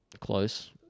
Close